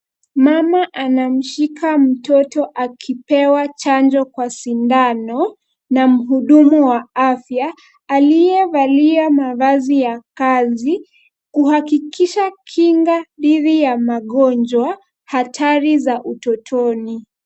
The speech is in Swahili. Mama anamshika mtoto akipewa chanjo kwa sindano na muhudumu wa afya, aliyevalia mavazi ya kazi, kuhakikisha kinga dhidi ya magonjwa hatari za utotoni.